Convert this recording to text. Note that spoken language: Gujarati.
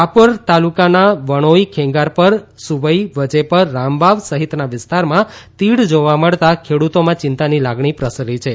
રાપર તાલુકાના વણોઇ ખેંગારપર સુવઇ વજેપર રામવાવ સહિતના વિસ્તારમાં તીડ જોવા મળતા ખેડૂતોમાં ચિંતાની લાગણી પ્રસરી છે